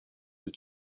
tout